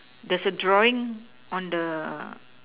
there's a drawing on the